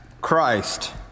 Christ